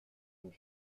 und